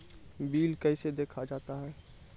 Bill कैसे देखा जाता हैं?